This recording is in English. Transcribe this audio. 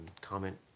comment